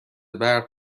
برق